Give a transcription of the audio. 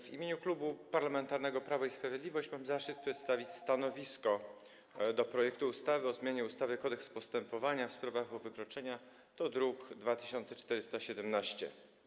W imieniu Klubu Parlamentarnego Prawo i Sprawiedliwość mam zaszczyt przedstawić stanowisko wobec projektu ustawy o zmianie ustawy Kodeks postępowania w sprawach o wykroczenia, druk nr 2417.